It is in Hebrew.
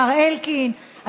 השר אלקין,